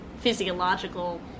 physiological